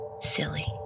Silly